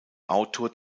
autor